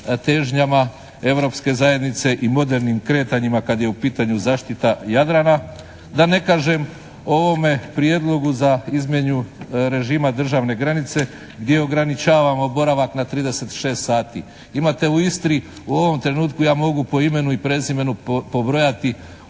težnjama Europske zajednice i modernim kretanjima kad je u pitanju zaštita Jadrana. Da ne kažem o ovome prijedlogu za izmjenu režima državne granice gdje ograničavamo boravak na 36 sati. Imate u Istri, u ovome trenutku ja mogu po imenu i prezimenu pobrojati